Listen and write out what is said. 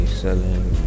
selling